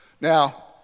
Now